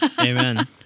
Amen